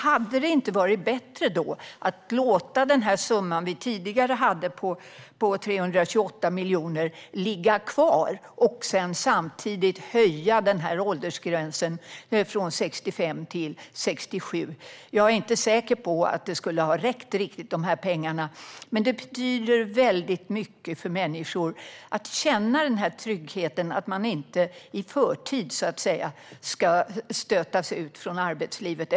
Hade det inte varit bättre att låta den tidigare summan på 328 miljoner ligga kvar och samtidigt höja åldersgränsen från 65 till 67 år? Jag är inte säker på att pengarna skulle räcka, men det betyder mycket för människor att känna trygghet i att man inte i förtid stöts ut från arbetslivet.